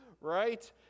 Right